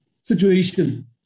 situation